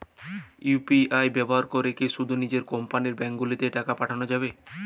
UPI ব্যবহার করে কি শুধু নিজের কোম্পানীর ব্যাংকগুলিতেই টাকা পাঠানো যাবে?